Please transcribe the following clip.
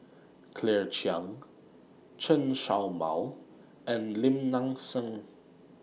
Claire Chiang Chen Show Mao and Lim Nang Seng